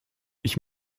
ich